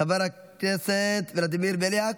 חבר הכנסת ולדימיר בליאק,